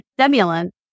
stimulant